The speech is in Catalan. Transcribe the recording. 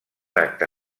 acte